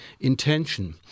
intention